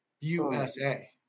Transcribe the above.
USA